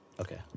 Okay